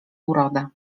urodę